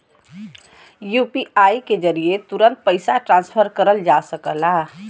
UPI के जरिये तुरंत पइसा ट्रांसफर करल जा सकला